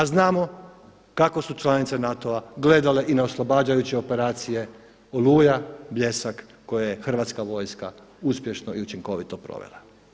A znamo kako su članice NATO-a gledale i na oslobađajuće operacije „Oluja“, „Bljesak“ koje je Hrvatska vojska uspješno i učinkovito provela.